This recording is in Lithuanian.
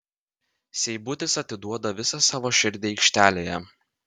seibutis atiduoda visą savo širdį aikštelėje